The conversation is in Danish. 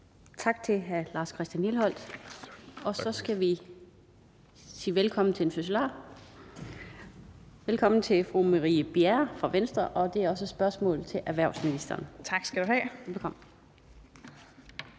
Tak til hr. Lars Christian Lilleholt. Så skal vi sige velkommen til en fødselar. Velkommen til fru Marie Bjerre fra Venstre, og spørgsmålet er også til erhvervsministeren. Kl. 16:10 Spm.